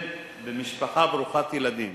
אם במשפחה ברוכת ילדים